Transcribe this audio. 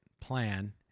plan